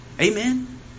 Amen